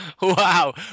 Wow